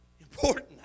Important